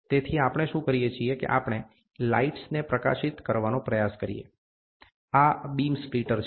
તેથી આપણે શું કરીએ છીએ કે આપણે લાઇટ્સને પ્રકાશિત કરવાનો પ્રયાસ કરીએ આ બીમ સ્પ્લિટર છે